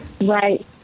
Right